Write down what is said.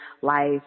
life